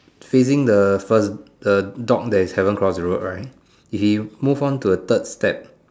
facing the first the dog that is haven't cross the road right he move on to the third step